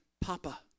Papa